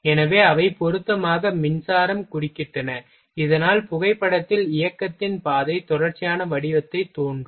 எனவே அவை பொருத்தமாக மின்சாரம் குறுக்கிட்டன இதனால் புகைப்படத்தில் இயக்கத்தின் பாதை தொடர்ச்சியான வடிவமாகத் தோன்றும்